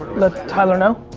let tyler know.